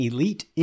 Elite